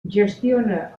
gestiona